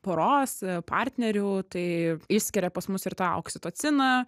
poros partnerių tai išskiria pas mus ir tą oksitociną